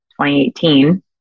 2018